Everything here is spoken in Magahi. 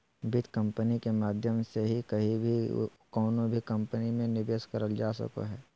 वित्त कम्पनी के माध्यम से कहीं भी कउनो भी कम्पनी मे निवेश करल जा सको हय